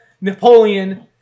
Napoleon